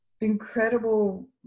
incredible